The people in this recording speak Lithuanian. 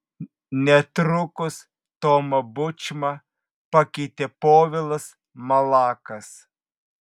netrukus tomą bučmą pakeitė povilas malakas